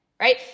right